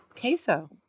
queso